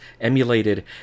emulated